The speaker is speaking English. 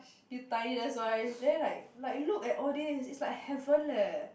you're tiny that's why then like like look at all these it's like heaven leh